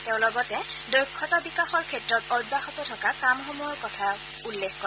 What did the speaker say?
তেওঁ লগতে দক্ষতা বিকাশৰ ক্ষেত্ৰত অব্যাহত থকা কামসমূহৰ কথা উল্লেখ কৰে